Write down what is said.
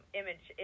image